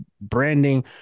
branding